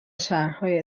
شهرهای